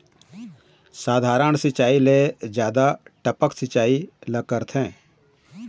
साधारण सिचायी ले जादा टपक सिचायी ला करथे